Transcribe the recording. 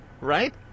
right